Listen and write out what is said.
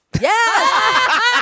yes